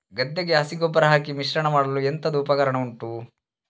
ಗದ್ದೆಗೆ ಹಸಿ ಗೊಬ್ಬರ ಹಾಕಿ ಮಿಶ್ರಣ ಮಾಡಲು ಎಂತದು ಉಪಕರಣ ಉಂಟು?